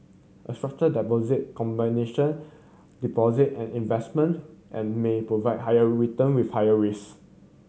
a structured deposit combination deposit and investment and may provide higher return with higher risk